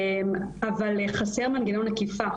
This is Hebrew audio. אבל חסר מנגנון אכיפה.